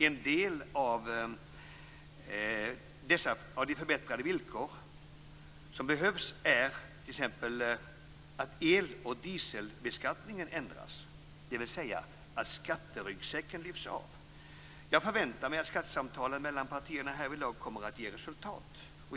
En del av de förbättrade villkor som behövs är att t.ex. el och dieselbeskattningen ändras, dvs. att skatteryggsäcken lyfts av. Jag förväntar mig att skattesamtalen mellan partierna härvidlag kommer att ge resultat.